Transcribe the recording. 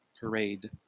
parade